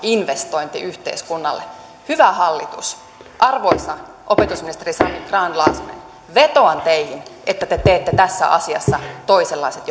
investointi yhteiskunnalle hyvä hallitus arvoisa opetusministeri sanni grahn laasonen vetoan teihin että te teette tässä asiassa toisenlaiset